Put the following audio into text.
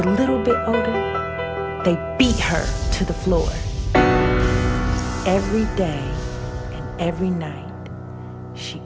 the little to the flow every day every night she